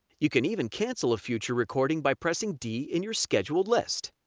you can even cancel a future recording by pressing d in your scheduled list.